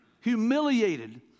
humiliated